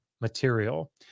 material